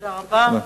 תודה רבה לך.